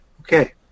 okay